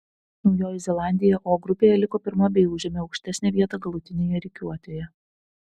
naujoji zelandija o grupėje liko pirma bei užėmė aukštesnę vietą galutinėje rikiuotėje